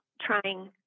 trying